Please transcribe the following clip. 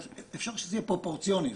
אפשר שזה יהיה פרופורציוני,